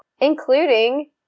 Including